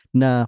na